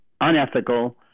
unethical